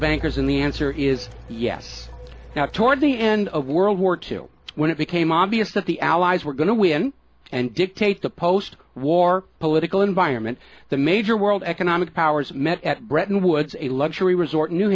bankers and the answer is yes now toward the end of world war two when it became obvious that the allies were going to win and dictate the post war political environment the major world economic powers met at bretton woods a luxury resort